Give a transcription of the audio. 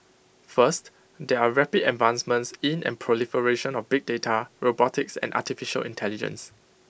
first there are rapid advancements in and proliferation of big data robotics and Artificial Intelligence